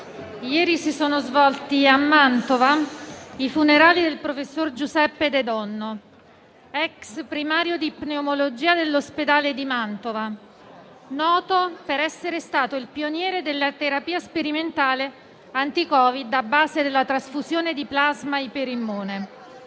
ieri si sono svolti a Mantova i funerali del professor Giuseppe De Donno, ex primario di pneumologia dell'ospedale di Mantova, noto per essere stato il pioniere della terapia sperimentale anti-Covid a base della trasfusione di plasma iperimmune.